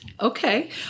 okay